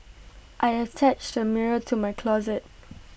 I attached A mirror to my closet